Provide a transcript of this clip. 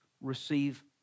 receive